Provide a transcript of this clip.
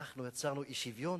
אנחנו יצרנו אי-שוויון